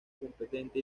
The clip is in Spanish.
competente